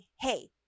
Hey